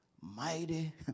mighty